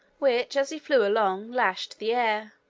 which, as he flew along, lashed the air,